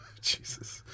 Jesus